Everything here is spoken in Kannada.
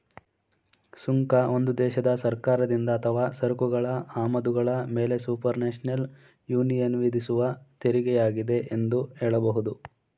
ಸುಂಕ ಒಂದು ದೇಶದ ಸರ್ಕಾರದಿಂದ ಅಥವಾ ಸರಕುಗಳ ಆಮದುಗಳ ಮೇಲೆಸುಪರ್ನ್ಯಾಷನಲ್ ಯೂನಿಯನ್ವಿಧಿಸುವತೆರಿಗೆಯಾಗಿದೆ ಎಂದು ಹೇಳಬಹುದು